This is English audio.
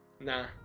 Nah